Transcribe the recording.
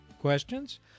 questions